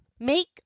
make